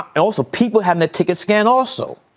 also, people have that ticket scanned also.